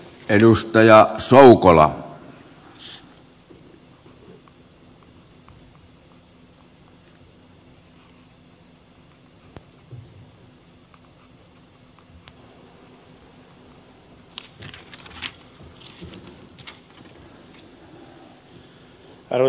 arvoisa herra puhemies